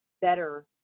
better